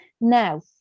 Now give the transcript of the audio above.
now